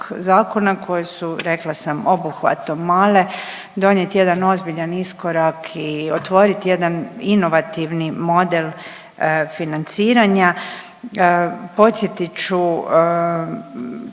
zakona koje su rekla sam obuhvatom male, donijet jedan ozbiljan iskorak i otvorit jedan inovativni model financiranja. Podsjetit